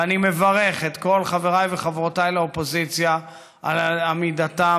ואני מברך את כל חבריי וחברותיי לאופוזיציה על עמידתם,